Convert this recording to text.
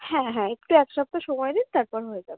হ্যাঁ হ্যাঁ একটু এক সপ্তাহ সময় দিন তারপর হয়ে যাবে